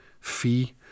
fee